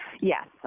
yes